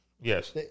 Yes